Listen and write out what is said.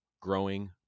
growing